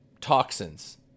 toxins